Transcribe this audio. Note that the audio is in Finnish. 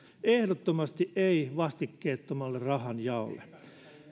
ehdottomasti ei vastikkeettomalle rahanjaolle